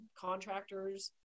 contractors